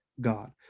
God